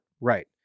Right